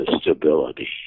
stability